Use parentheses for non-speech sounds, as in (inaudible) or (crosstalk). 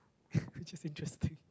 (breath) just interesting